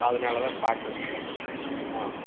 அதனால் தான் பார்க்க வேண்டியதாக இருக்குதுங்க ஆ